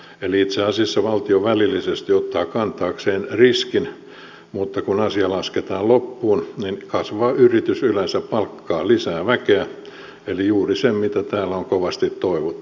eli itse asiassa valtio välillisesti ottaa kantaakseen riskin mutta kun asia lasketaan loppuun niin kasvava yritys yleensä palkkaa lisää väkeä eli juuri se mitä täällä on kovasti toivottu